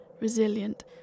resilient